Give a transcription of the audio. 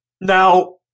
Now